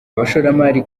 abashoramari